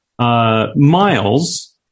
Miles